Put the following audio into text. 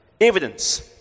Evidence